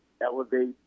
elevate